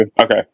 Okay